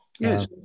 Yes